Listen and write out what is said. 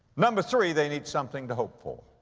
number three, they need something to hope for.